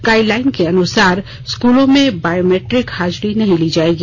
guideline के अनुसार स्कूलों में बायोमैट्रिक हाजरी नहीं ली जायेगी